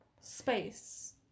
space